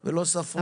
אבל לא ספרו אותי.